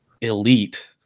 elite